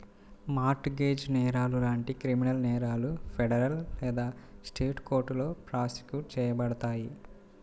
mart gauge నేరాలు లాంటి criminal నేరాలు ఫెడరల్ లేదా స్టేట్ కోర్టులో ప్రాసిక్యూట్ చేయబడతాయి